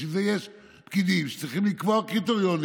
בשביל זה יש פקידים שצריכים לקבוע קריטריונים,